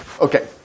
Okay